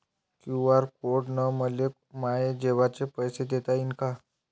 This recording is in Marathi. क्यू.आर कोड न मले माये जेवाचे पैसे देता येईन का?